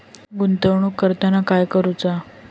गुंतवणूक करताना काय करुचा?